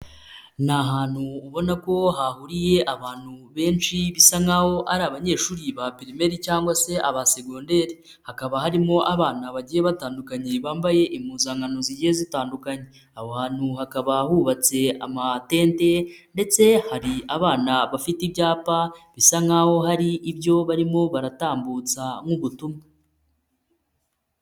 Ni ahantu ubona ko hahuriye abantu benshi bisa nkaho ari abanyeshuri ba pirimeri cyangwa se aba segonderi hakaba harimo abana bagiye batandukanye bambaye impuzankano zigiye zitandukanye, aho hantu hakaba hubatse amatente ndetse hari abana bafite ibyapa bisa nkaho hari ibyo barimo baratambutsa nk'ubutumwa.